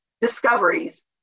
discoveries